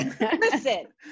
listen